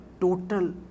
total